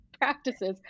practices